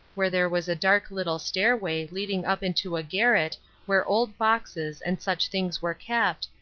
where there was a dark little stairway leading up into a garret where old boxes and such things were kept,